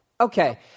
okay